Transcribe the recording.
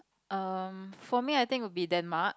um for me I think would be Denmark